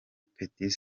petit